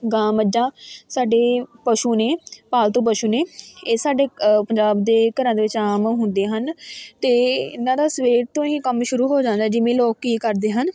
ਗਾਂ ਮੱਝਾਂ ਸਾਡੇ ਪਸ਼ੂ ਨੇ ਪਾਲਤੂ ਪਸ਼ੂ ਨੇ ਇਹ ਸਾਡੇ ਪੰਜਾਬ ਦੇ ਘਰਾਂ ਦੇ ਵਿੱਚ ਆਮ ਹੁੰਦੇ ਹਨ ਅਤੇ ਇਹਨਾਂ ਦਾ ਸਵੇਰ ਤੋਂ ਹੀ ਕੰਮ ਸ਼ੁਰੂ ਹੋ ਜਾਂਦਾ ਜਿਵੇਂ ਲੋਕ ਕੀ ਕਰਦੇ ਹਨ